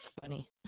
funny